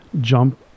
Jump